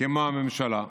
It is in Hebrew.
כמו הממשלה.